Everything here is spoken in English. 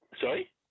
Sorry